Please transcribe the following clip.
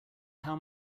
how